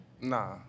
Nah